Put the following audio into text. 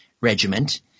regiment